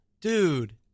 Dude